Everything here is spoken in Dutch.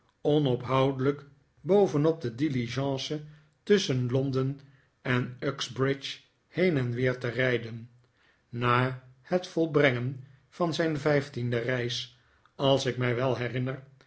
onophoudelijk bovenop de diligence tusschen londen en uxbridge heen en weer te rijden na het volbrengen van zijn vijftiende reis als ik mij wel herinner